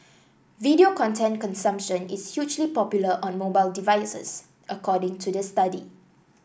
video content consumption is hugely popular on mobile devices according to the study